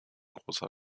großer